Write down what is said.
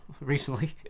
recently